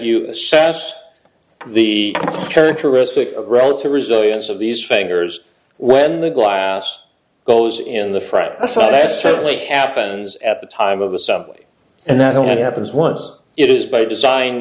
you assess the characteristic of relative resilience of these fakers when the glass goes in the front a side has certainly happens at the time of a subway and that only happens once it is by design